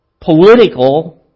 political